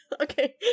Okay